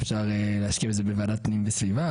אפשר --- את זה בוועדת פנים וסביבה.